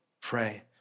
pray